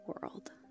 world